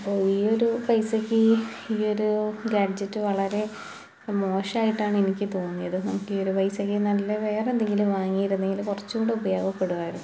അപ്പോൾ ഈ ഒരു പൈസക്ക് ഈ ഒരു ഗാഡ്ജറ്റ് വളരെ മോശമായിട്ടാണ് എനിക്ക് തോന്നിയത് ഈ പൈസക്ക് നല്ല വേറെന്തെങ്കിലും വാങ്ങിയിരുന്നെങ്കിൽ കുറച്ചുകൂടെ ഉപയോഗപ്പെടുമായിരുന്നു